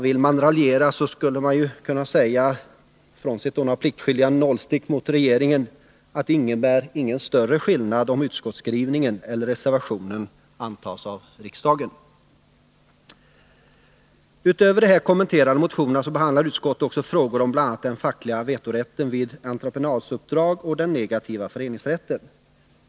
Vill man raljera, så skulle man kunna säga att det, frånsett några pliktskyldiga nålstick mot regeringen, inte innebär någon större skillnad om utskottsskrivningen eller reservationen antas av riksdagen. Utöver de här kommenterade motionerna behandlade utskottet också frågor om bl.a. den fackliga vetorätten vid entreprenaduppdrag och den negativa föreningsrätten.